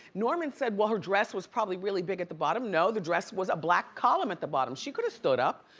norman said, well, her dress was probably really bit at the bottom. no, the dress was a black column at the bottom. she could have stood up.